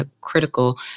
critical